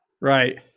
right